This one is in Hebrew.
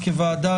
כוועדה,